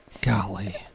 Golly